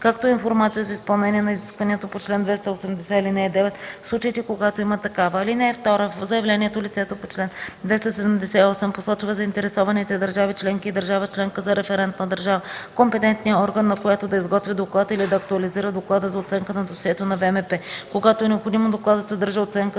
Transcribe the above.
както и информация за изпълнение на изискването по чл. 280, ал. 9, в случаите когато има такава. (2) В заявлението лицето по чл. 278 посочва заинтересованите държави членки и държава членка за референтна държава, компетентния орган на която да изготви доклад или да актуализира доклада за оценка на досието на ВМП. Когато е необходимо, докладът съдържа оценка